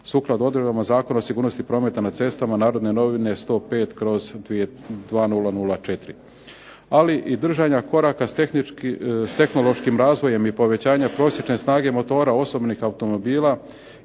Sukladno odredbama Zakona o sigurnosti prometa na cestama, "Narodne novine" br. 105/2004., ali i držanja koraka s tehnološkim razvojem i povećanja prosječne snage motora osobnih automobila,